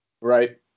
Right